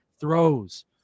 throws